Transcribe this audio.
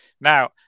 Now